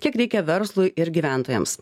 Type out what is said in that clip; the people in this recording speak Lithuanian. kiek reikia verslui ir gyventojams